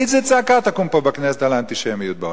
איזו צעקה תקום פה בכנסת על האנטישמיות בעולם?